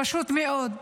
פשוט מאוד.